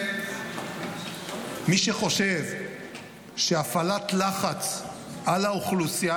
מי שחושב שהפעלת לחץ על האוכלוסייה